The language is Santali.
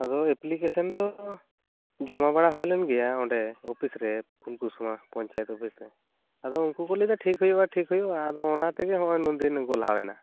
ᱟᱫᱚ ᱮᱯᱞᱤᱠᱮᱥᱚᱱ ᱫᱚ ᱡᱚᱢᱟ ᱵᱟᱲᱟ ᱦᱩᱭᱞᱮᱱ ᱜᱮᱭᱟ ᱚᱰᱮ ᱳᱯᱷᱤᱥ ᱨᱮ ᱯᱷᱩᱞᱠᱩᱥᱢᱟᱹ ᱯᱚᱧᱪᱟᱭᱤᱛ ᱳᱯᱷᱤᱥᱨᱮ ᱟᱫᱚ ᱩᱱᱠᱩ ᱠᱚ ᱞᱟᱹᱭᱮᱫᱟ ᱴᱷᱤᱠ ᱦᱩᱭᱩᱜᱼᱟ ᱴᱷᱤᱠ ᱦᱩᱭᱩᱜᱼᱟ ᱟᱫᱚ ᱚᱱᱟ ᱛᱮᱜᱮ ᱱᱚᱜᱼᱚᱭ ᱱᱩᱱᱫᱤᱱ ᱜᱚᱞᱦᱟᱣ ᱮᱱᱟ